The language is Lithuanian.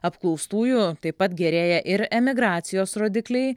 apklaustųjų taip pat gerėja ir emigracijos rodikliai